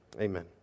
Amen